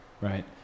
Right